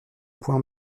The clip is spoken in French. point